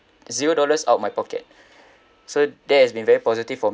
zero dollars out of my pocket so that has been very positive for